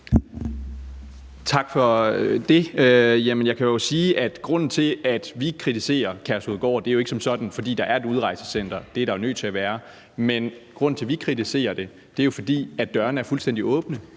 Tak for det. Jeg kan jo sige, at grunden til, at vi kritiserer Kærshovedgård, ikke som sådan er, at der er et udrejsecenter. Det er der jo nødt til at være. Men grunden til, at vi kritiserer det, er, at dørene er fuldstændig åbne.